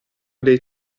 dei